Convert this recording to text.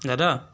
দাদা